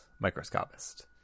Microscopist